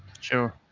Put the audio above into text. Sure